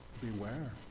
beware